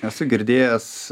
esu girdėjęs